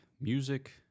music